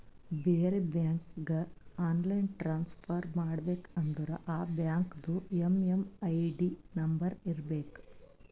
ಬೇರೆ ಬ್ಯಾಂಕ್ಗ online transfer ಮಾಡಬೇಕ ಅಂದುರ್ ಆ ಬ್ಯಾಂಕ್ದು ಎಮ್.ಎಮ್.ಐ.ಡಿ ನಂಬರ್ ಇರಬೇಕ